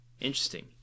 Interesting